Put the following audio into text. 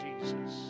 Jesus